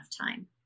time